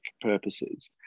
purposes